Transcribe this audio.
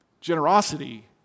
Generosity